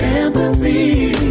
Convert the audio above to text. empathy